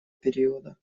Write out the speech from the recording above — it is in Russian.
периода